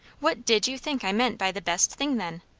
what did you think i meant by the best thing, then?